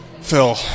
Phil